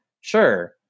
Sure